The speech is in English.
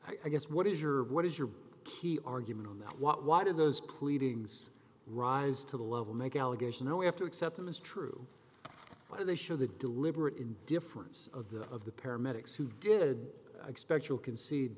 what i guess what is your what is your key argument on that what why did those pleadings rise to the level make allegation oh we have to accept them as true why the show the deliberate indifference of the of the paramedics who did expect you'll concede